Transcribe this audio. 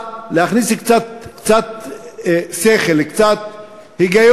הייתה שצריך להרוס ומייד,